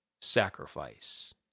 sacrifice